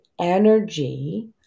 energy